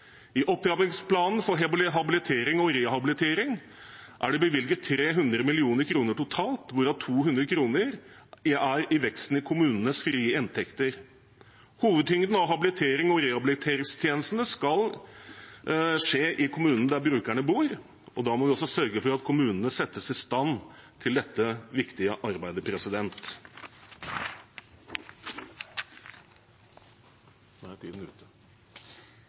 forutsetninger. I opptrappingsplanen for habilitering og rehabilitering er det bevilget 300 mill. kr totalt, hvorav 200 mill. kr er vekst i kommunenes frie inntekter. Hovedtyngden av habiliterings- og rehabiliteringstjenestene skal skje i kommunen der brukeren bor, og da må vi også sørge for at kommunene settes i stand til dette viktige arbeidet.